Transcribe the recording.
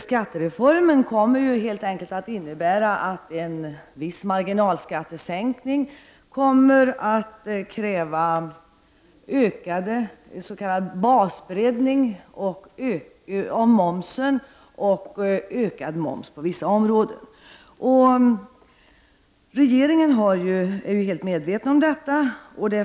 Skattereformen kommer helt enkelt att innebära att en viss marginalskattesänkning följs av basbreddning och därmed ökad moms på vissa områden. Regeringen är helt medveten om detta.